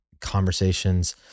conversations